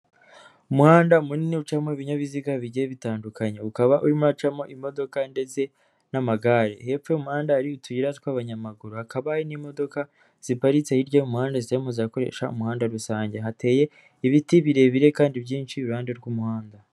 Umuhanda munini ucamo ibinyabiziga bigiye bitandukanye, ukaba urimo uracamo imodoka ndetse n'amagare, hepfo y'umuhanda ari utuyira tw'abanyamaguru, hakaba n'imodoka ziparitse hirya umuhanda zitarimo zirakoresha umuhanda rusange, hateye ibiti birebire kandi byinshi iruhande rw'umuhanda.